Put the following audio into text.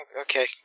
Okay